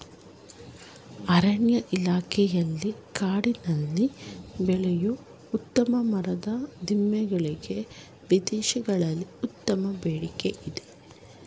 ಅರಣ್ಯ ಇಲಾಖೆಯಲ್ಲಿ ಕಾಡಿನಲ್ಲಿ ಬೆಳೆಯೂ ಉತ್ತಮ ಮರದ ದಿಮ್ಮಿ ಗಳಿಗೆ ವಿದೇಶಗಳಲ್ಲಿ ಉತ್ತಮ ಬೇಡಿಕೆ ಇದೆ